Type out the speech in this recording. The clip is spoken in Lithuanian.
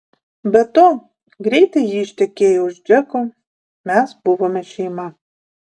be to greitai ji ištekėjo už džeko mes buvome šeima